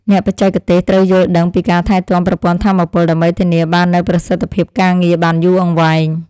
អ្នកបច្ចេកទេសត្រូវយល់ដឹងពីការថែទាំប្រព័ន្ធថាមពល ដើម្បីធានាបាននូវប្រសិទ្ធភាពការងារបានយូរអង្វែង។